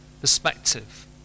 perspective